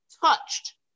touched